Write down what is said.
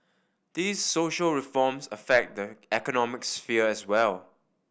these social reforms affect the economic sphere as well